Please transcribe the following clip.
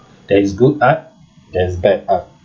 there is good art there is bad art